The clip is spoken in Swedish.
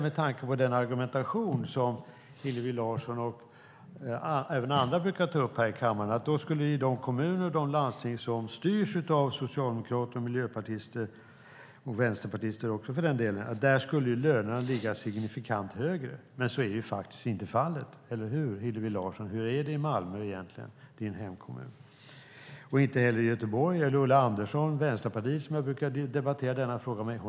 Med tanke på den argumentation som Hillevi Larsson och även andra brukar ta upp här i kammaren skulle man vänta sig de kommuner och landsting som styrs av socialdemokrater, miljöpartister och för den delen vänsterpartister skulle ha signifikant högre löner. Men så är inte fallet - eller hur, Hillevi Larsson? Hur är det i Hillevi Larssons hemkommun Malmö? Likadant är det i Göteborg och i Ulla Anderssons hemkommun Gävle. Jag brukar debattera denna fråga med henne.